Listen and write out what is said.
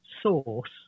source